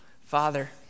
Father